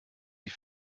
die